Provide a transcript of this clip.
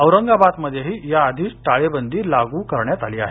औरंगाबादमध्येही याआधीच टाळेबंदी लागू करण्यात आली आहे